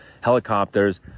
Helicopters